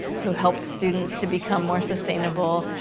who helped students to become more sustainable.